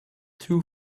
two